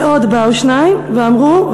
ועוד באו שניים ואמרו,